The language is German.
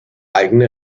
eigene